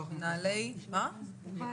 עמיר.